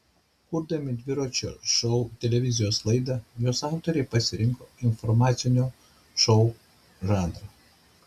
kurdami dviračio šou televizijos laidą jos autoriai pasirinko informacinio šou žanrą